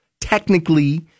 Technically